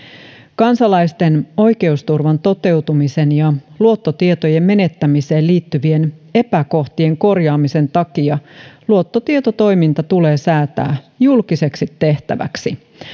kansalaisten oikeusturvan toteutumisen ja luottotietojen menettämiseen liittyvien epäkohtien korjaamisen takia luottotietotoiminta tulee säätää julkiseksi tehtäväksi